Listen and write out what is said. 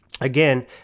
again